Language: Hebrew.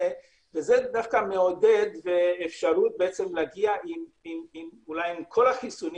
זה דווקא מעודד, אפשרות להגיע עם כל החיסונים